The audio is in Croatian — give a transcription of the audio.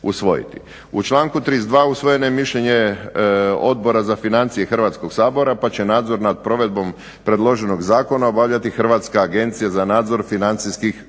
U članku 32. usvojeno je mišljenje Odbora za financije Hrvatskog sabora, pa će nadzor nad provedbom predloženog zakona obavljati Hrvatska agencija za nadzor financijskih usluga.